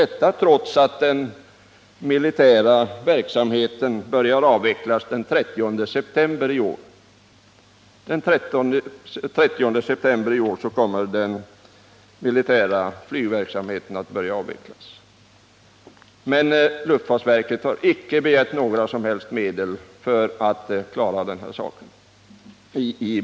Trots att den militära flygverksamheten börjar avvecklas den 30 september i år har luftfartsverket enligt budgetpropositionen icke begärt några som helst medel för att klara av den saken.